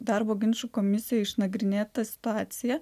darbo ginčų komisijoj išnagrinėta situacija